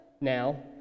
now